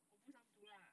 我不想读 lah